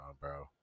bro